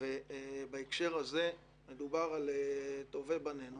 בהקשר הזה מדובר על טובי בנינו